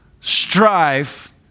strife